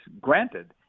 Granted